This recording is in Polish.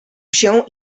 się